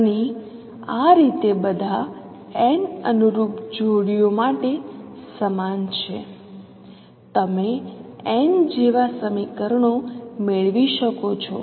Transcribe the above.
અને આ રીતે બધા n અનુરૂપ જોડીઓ માટે સમાન છે તમે n જેવા સમીકરણો મેળવી શકો છો